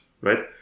right